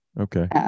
Okay